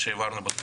שלום